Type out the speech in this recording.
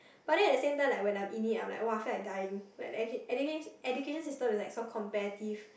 but then at the same time like when I'm in it I'm like [wah] feel like dying like edu~ education system is like so competitive